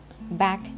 back